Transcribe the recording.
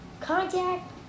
contact